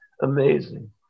amazing